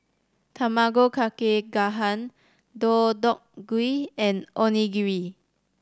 Tamago Kake Gohan Deodeok Gui and Onigiri